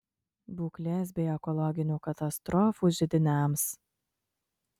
būklės bei ekologinių katastrofų židiniams